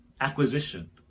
acquisition